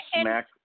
smack